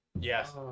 Yes